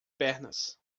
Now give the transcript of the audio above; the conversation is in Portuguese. pernas